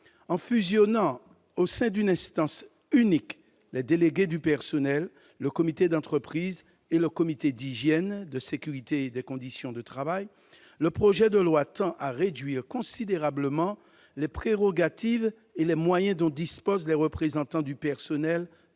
En fusionnant au sein d'une instance unique les délégués du personnel, le comité d'entreprise et le comité d'hygiène, de sécurité et des conditions de travail, le projet de loi tend à réduire considérablement les prérogatives et les moyens dont disposent les représentants du personnel